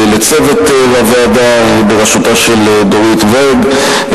לצוות הוועדה בראשותה של דורית ואג,